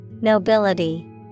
Nobility